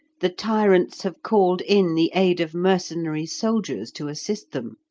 the tyrants have called in the aid of mercenary soldiers to assist them.